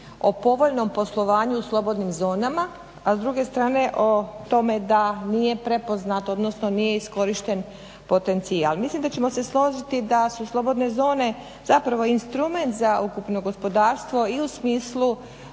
o povoljnom poslovanju u slobodnim zonama, a s druge strane o tome da nije prepoznat odnosno nije iskorišten potencijal. Mislim da ćemo se složiti da su slobodne zone zapravo instrument za ukupno gospodarstvo i u smislu